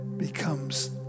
Becomes